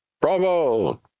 Bravo